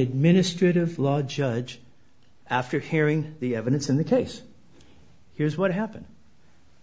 administrative law judge after hearing the evidence in the case here's what happened